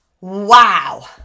wow